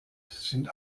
sind